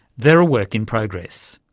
they're a work in progress.